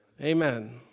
Amen